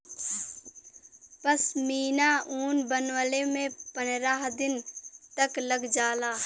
पश्मीना ऊन बनवले में पनरह दिन तक लग जाला